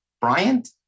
Bryant